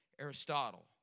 Aristotle